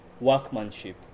workmanship